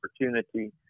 opportunity